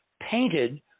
painted